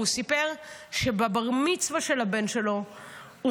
והוא סיפר שבבר מצווה של הבן שלו הוא